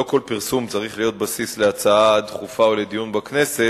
לא כל פרסום צריך להיות בסיס להצעה דחופה או לדיון בכנסת,